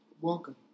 Welcome